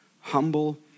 humble